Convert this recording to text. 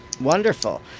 Wonderful